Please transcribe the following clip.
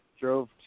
drove